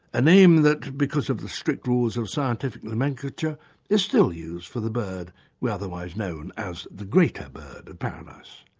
a name that because of the strict rules of scientific nomenclature is still used for the bird otherwise known as the greater bird of paradise.